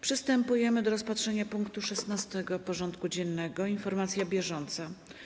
Przystępujemy do rozpatrzenia punktu 16. porządku dziennego: Informacja bieżąca.